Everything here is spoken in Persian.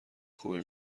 خوبی